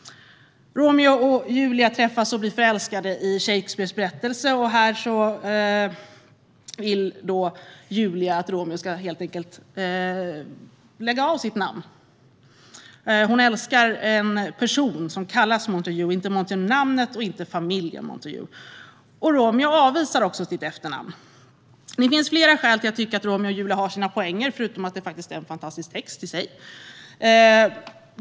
Romeo och Julia träffas och blir förälskade i Shakespeares berättelse, och här vill då Julia att Romeo helt enkelt ska lägga bort sitt namn. Hon älskar en person som kallas Montague, inte namnet Montague och inte familjen Montague. Romeo avvisar också sitt efternamn. Det finns flera skäl att tycka att Romeo och Julia har sina poänger, förutom att det faktiskt är en fantastisk text i sig.